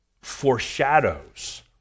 foreshadows